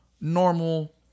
normal